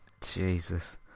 jesus